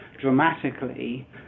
dramatically